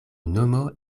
nomo